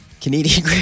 Canadian